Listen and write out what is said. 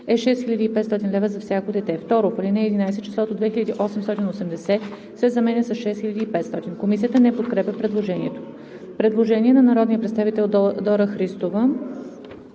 е 6500 лв. за всяко дете.“. 2. В ал. 11 числото „2880“ се заменя със „6500“.“ Комисията не подкрепя предложението. Предложение на народния представител Дора Христова: